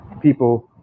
people